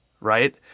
right